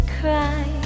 cry